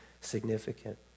significant